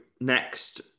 next